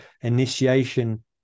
initiation